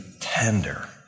tender